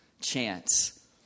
chance